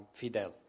fidel